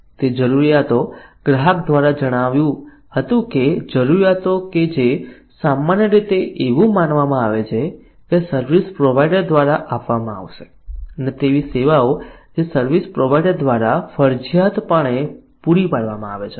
તે જરૂરિયાતો ગ્રાહક દ્વારા જણાવ્યું હતું કે તે જરૂરીયાતો કે જે સામાન્ય રીતે એવું માનવમાં આવે છે કે સર્વિસ પ્રોવાઇડર દ્વારા આપવામાં આવશે અને તેવી સેવાઓ જે સર્વિસ પ્રોવાઇડર દ્વારા ફરજિયાત પણે પૂરી પાડવામાં આવે છે